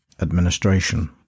administration